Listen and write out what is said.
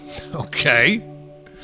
Okay